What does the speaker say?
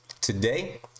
Today